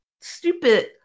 stupid